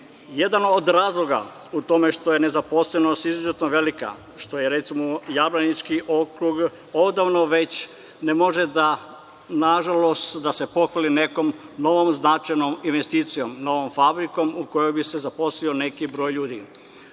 Jedan od razloga što je nezaposlenost izuzetno velika je, recimo, što Jablanički okrug odavno već ne može, nažalost, da se pohvali nekom novom značajnom investicijom, novom fabrikom u kojoj bi se zaposlio neki broj